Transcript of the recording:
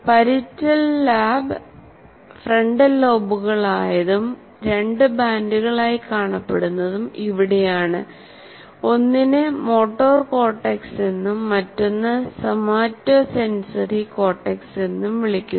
parietal lobe frontal ലോബുകളായതും രണ്ട് ബാൻഡുകളായി കാണപ്പെടുന്നതും ഇവിടെയാണ് ഒന്നിനെ മോട്ടോർ കോർട്ടെക്സ് എന്നും മറ്റൊന്ന് സോമാറ്റോസെൻസറി കോർട്ടെക്സ് എന്നും വിളിക്കുന്നു